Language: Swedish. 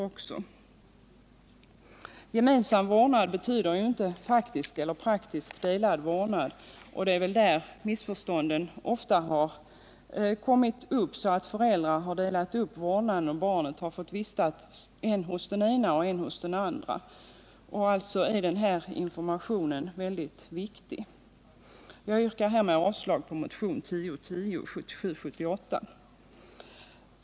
Gemensam vårdnad betyder inte faktisk eller praktisk delad vårdnad. Det är här missförstånd ofta har uppstått, så att föräldrar har delat upp vårdnaden och barnet har fått vistas än hos den ena och än hos den andra föräldern. Denna information är alltså väldigt viktig. Jag yrkar härmed avslag på motionen 1977/78:1010.